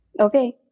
okay